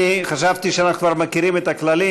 אני חשבתי שאנחנו כבר מכירים את הכללים.